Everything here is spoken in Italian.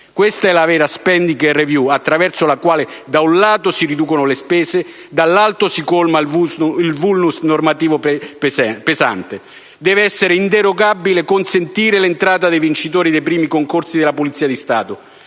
Questa è la vera *spending* *review*, attraverso la quale da un lato si riducono le spese e, dall'altro, si colma un *vulnus* normativo pesante. Deve essere inderogabile consentire l'entrata dei vincitori dei primi concorsi della Polizia di Stato,